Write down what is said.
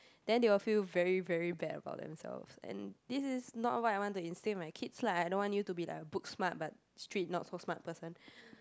then they will feel very very bad about themselves and this is not what I want to instead my kids lah I don't want you to be like a book smart but street not so smart person